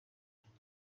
supt